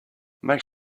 make